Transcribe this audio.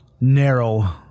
narrow